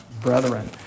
brethren